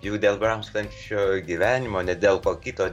jau dėl brangstančio gyvenimo ne dėl ko kito